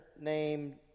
named